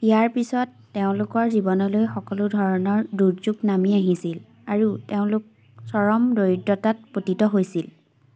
ইয়াৰ পিছত তেওঁলোকৰ জীৱনলৈ সকলো ধৰণৰ দুৰ্যোগ নামি আহিছিল আৰু তেওঁলোক চৰম দৰিদ্ৰতাত পতিত হৈছিল